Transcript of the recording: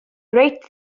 reit